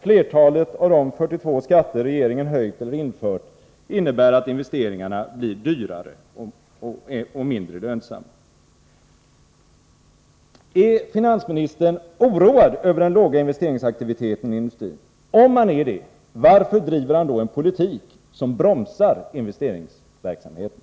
Flertalet av de 42 skatter regeringen höjt eller infört innebär att investeringarna blir dyrare och mindre lönsamma. Är finansministern oroad över den låga investeringsaktiviteten i industrin? Om finansministern är det, varför driver han då en politik som bromsar investeringsverksamheten?